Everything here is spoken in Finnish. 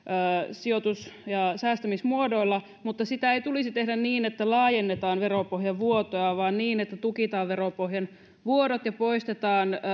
sijoitus ja säästämismuodoilla mutta sitä ei tulisi tehdä niin että laajennetaan veropohjavuotoja vaan niin että tukitaan veropohjan vuodot ja poistetaan